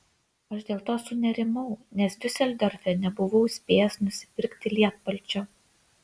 aš dėl to sunerimau nes diuseldorfe nebuvau spėjęs nusipirkti lietpalčio